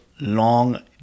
long